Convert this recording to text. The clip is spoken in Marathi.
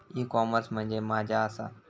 ई कॉमर्स म्हणजे मझ्या आसा?